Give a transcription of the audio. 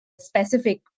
specific